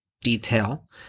detail